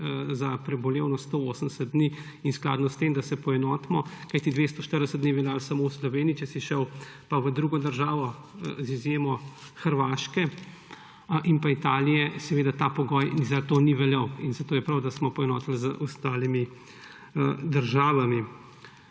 za prebolevnost 180 dni. In da se poenotimo, kajti 240 dni velja samo v Sloveniji, če si šel pa v drugo državo, z izjemo Hrvaške in Italije, seveda ta pogoj ni veljal. Zato je prav, da smo se poenotili z ostalimi državami.